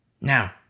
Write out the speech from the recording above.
Now